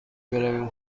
برویم